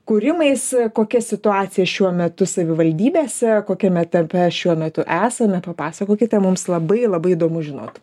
kūrimais kokia situacija šiuo metu savivaldybėse kokiame etape šiuo metu esame papasakokite mums labai labai įdomu žinot